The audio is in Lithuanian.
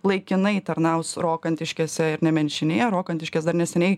laikinai tarnaus rokantiškėse ir nemenčinėje rokantiškės dar neseniai